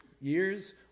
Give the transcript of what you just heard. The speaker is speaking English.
years